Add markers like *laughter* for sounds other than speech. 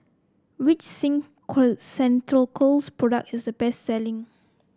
which Sing *unintelligible* Ceuticals product is the best selling